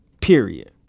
period